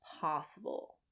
possible